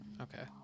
Okay